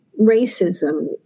racism